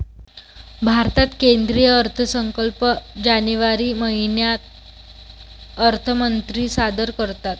भारतात केंद्रीय अर्थसंकल्प जानेवारी महिन्यात अर्थमंत्री सादर करतात